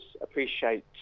appreciate